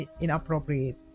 inappropriate